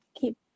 keep